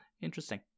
Interesting